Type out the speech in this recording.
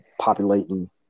populating